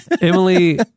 Emily